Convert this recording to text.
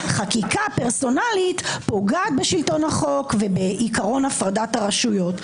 חקיקה פרסונלית פוגעת בשלטון החוק ובעיקרון הפרדת הרשויות.